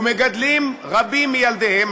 ומגדלים רבים מילדיהם,